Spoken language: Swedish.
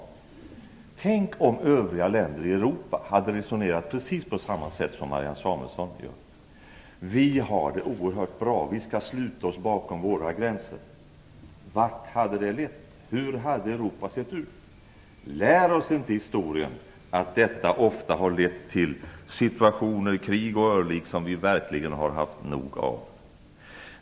Tänk om övriga länder i Europa hade resonerat på precis samma sätt som Marianne Samuelsson gör - vi har det oerhört bra, vi skall sluta oss bakom våra gränser. Vart hade det lett? Hur hade Europa sett ut? Lär oss inte historien att detta ofta har lett till situationer, krig, örlig som vi verkligen har haft nog av.